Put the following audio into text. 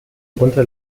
encuentra